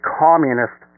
communist